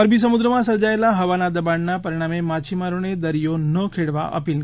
અરબી સમુદ્રમાં સર્જાયેલા હવાના દબાણના પરિણામે માછીમારોને દરિયો ન ખેડવા અપીલ